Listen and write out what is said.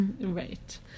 Right